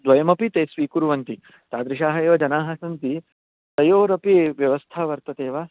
द्वयमपि ते स्वीकुर्वन्ति तादृशाः एव जनाः सन्ति तयोरपि व्यवस्था वर्तते वा